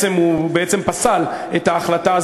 הוא בעצם פסל את ההחלטה.